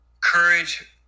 courage